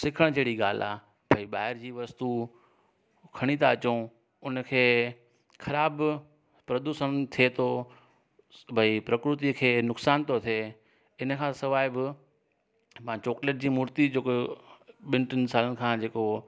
सिखणु जहिड़ी ॻाल्हि आहे भई ॿाहिरि जी वस्तु खणी त अचो उनखे ख़राब प्रदूषण थिए थो भई प्रकृति खे नुक़सानु थो थिए इन खां सवाइ बि मां चॉकलेट जी मुर्ती जेको ॿिनि टिनि सालनि खां जेको